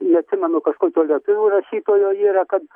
neatsimenu kažkokio lietuvių rašytojo yra kad